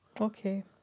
Okay